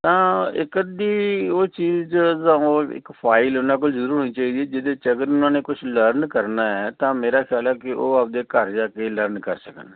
ਤਾਂ ਇੱਕ ਅੱਧੀ ਉਹ ਚੀਜ਼ ਇੱਕ ਫਾਈਲ ਉਹਨਾਂ ਕੋਲ ਜ਼ਰੂਰ ਹੋਣੀ ਚਾਹੀਦੀ ਜਿਹਦੇ 'ਚ ਅਗਰ ਉਹਨਾਂ ਨੇ ਕੁਛ ਲਰਨ ਕਰਨਾ ਹੈ ਤਾਂ ਮੇਰਾ ਖਿਆਲ ਹੈ ਕਿ ਉਹ ਆਪਦੇ ਘਰ ਜਾ ਕੇ ਲਰਨ ਕਰ ਸਕਣ